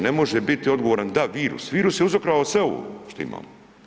Ne može biti odgovoran da virus, virus je uzrokovao sve ovo što imamo.